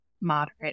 moderate